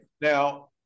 now